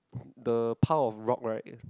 the pile of rock right